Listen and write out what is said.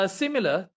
similar